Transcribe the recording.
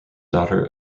daughter